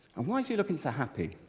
and why is he looking so happy?